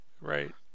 right